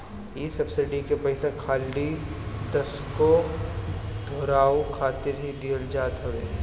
इ सब्सिडी के पईसा खाली दसगो दुधारू खातिर ही दिहल जात हवे